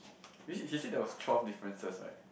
she said there was twelve differences right